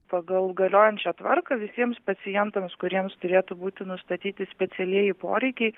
pagal galiojančią tvarką visiems pacientams kuriems turėtų būti nustatyti specialieji poreikiai